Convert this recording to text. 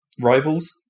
Rivals